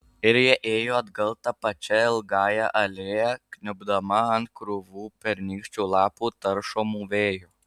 ir ji ėjo atgal ta pačia ilgąja alėja kniubdama ant krūvų pernykščių lapų taršomų vėjo